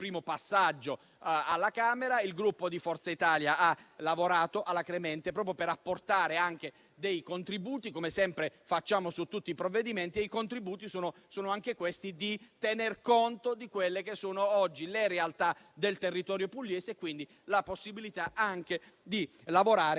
primo passaggio alla Camera. Il Gruppo Forza Italia ha lavorato alacremente proprio per apportare dei contributi, come sempre facciamo su tutti i provvedimenti, e i contributi sono volti anche a tenere conto delle realtà del territorio pugliese e della possibilità di lavorare